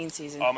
season